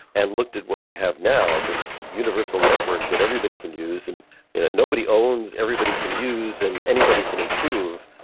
and looked at what we have now, this universal network that everybody can use and nobody owns, everybody can use and anybody can improve,